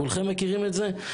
כולכם מכירים את זה.